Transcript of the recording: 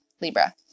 Libra